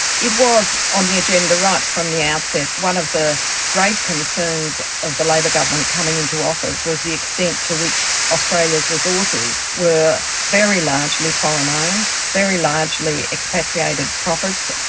it was on the agenda right from the outset. one of the great concerns of the labor government coming into office was the extent to which australia's resources were very largely foreign-owned, very largely expatriated profits,